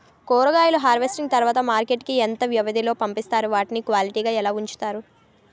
కూరగాయలను హార్వెస్టింగ్ తర్వాత మార్కెట్ కి ఇంత వ్యవది లొ పంపిస్తారు? వాటిని క్వాలిటీ గా ఎలా వుంచుతారు?